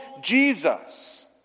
Jesus